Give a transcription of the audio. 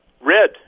Red